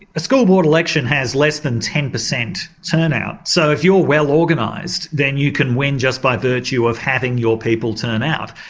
a school board election has less than ten per cent turnout so if you're well organised then you can win just by virtue of having your people turn out.